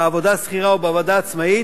בעבודה שכירה או בעבודה עצמאית,